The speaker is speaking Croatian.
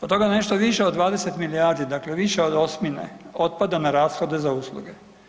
Od toga nešto više od 20 milijardi, dakle više od osmine otpada na rashode za usluge.